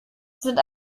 sind